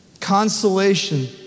Consolation